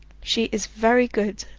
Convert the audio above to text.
she is very good,